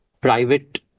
private